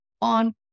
on